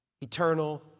eternal